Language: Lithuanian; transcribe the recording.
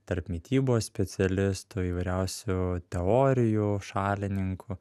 tarp mitybos specialistų įvairiausių teorijų šalininkų